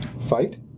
fight